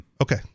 Okay